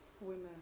women